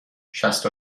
شصت